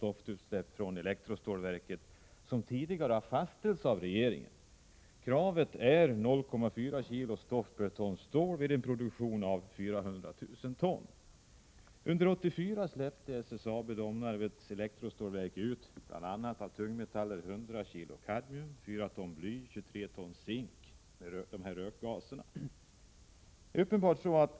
Enligt finansministern är anledningen den ”obefogade oro” som förslaget skulle kunna skapa genom att det, enligt finansministern, ”utnyttjas i en politisk kampanj”. 1.